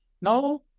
Now